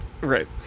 Right